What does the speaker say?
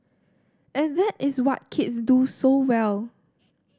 and that is what kids do so well